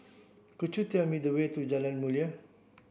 could you tell me the way to Jalan Mulia